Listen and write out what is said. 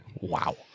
wow